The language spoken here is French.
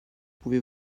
pouvez